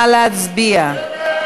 נא להצביע.